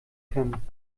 können